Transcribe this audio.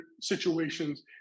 situations